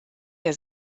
der